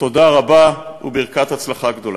תודה רבה וברכת הצלחה גדולה.